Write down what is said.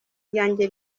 ryanjye